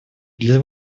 для